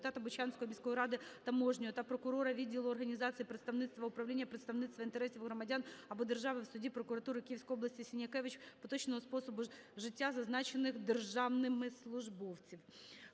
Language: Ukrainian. Бучанської міської ради Таможнього та прокурора відділу організації представництва управління представництва інтересів громадян або держави в суді прокуратури Київської області Сінякевич поточному способу життя зазначених державних службовців.